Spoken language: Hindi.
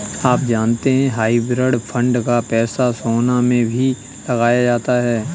आप जानते है हाइब्रिड फंड का पैसा सोना में भी लगाया जाता है?